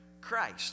Christ